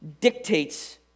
dictates